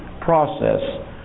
process